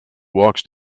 walks